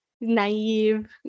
naive